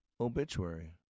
obituary